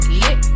lit